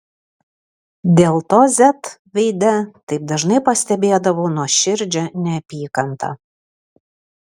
dėl to z veide taip dažnai pastebėdavau nuoširdžią neapykantą